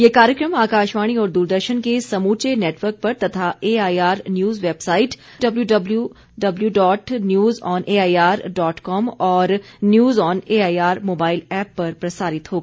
ये कार्यक्रम आकाशवाणी और दूरदर्शन के समूचे नेटवर्क पर तथा AIR news website W W W dot news on AIR dot com और news on AIR mobile app पर प्रसारित होगा